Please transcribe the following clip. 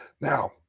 now